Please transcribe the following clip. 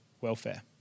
welfare